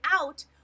out